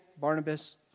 Barnabas